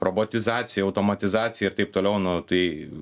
robotizacija automatizacija ir taip toliau nu tai